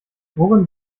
worin